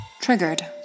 Triggered